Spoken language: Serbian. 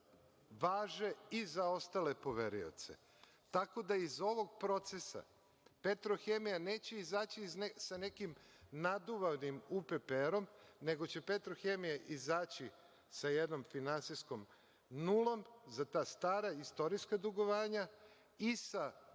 važe i za ostale poverioce, tako da iz ovog procesa „Petrohemija“ neće izaći sa nekim naduvanim UPPR-om, nego će „Petrohemija“ izaći sa jednom finansijskom nulom za ta stara, istorijska dugovanja i sa